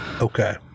Okay